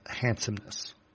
handsomeness